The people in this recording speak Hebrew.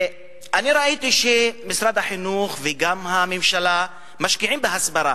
אני ראיתי שמשרד החינוך וגם הממשלה משקיעים בהסברה,